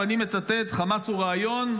ואני מצטט: "חמאס הוא רעיון,